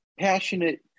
passionate